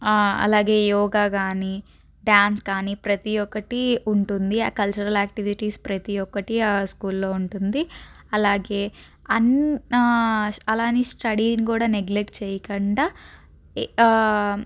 అలాగే యోగా కానీ డ్యాన్స్ కానీ ప్రతి ఒక్కటి ఉంటుంది కల్చరల్ యాక్టివిటీస్ ప్రతీ ఒక్కటి ఆ స్కూల్లో ఉంటుంది అలాగే అన్ అలా అని స్టడీని కూడా నెగ్లెక్ట్ చేయకుండా